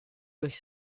durch